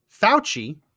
Fauci